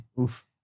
Oof